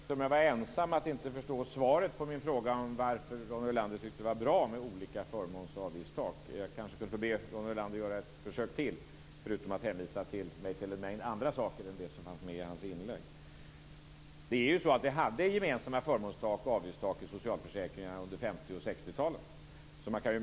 Herr talman! Jag vet inte om jag är ensam om att inte förstå svaret på min fråga om varför Ronny Olander tycker att det är bra med olika förmåns och avgiftstak. Jag kanske får be Ronny Olander göra ett försök till, förutom detta med att hänvisa till en mängd andra saker än det som fanns med i hans inlägg. Vi hade faktiskt gemensamma förmånstak och avgiftstak i socialförsäkringarna under 50 och 60 talen.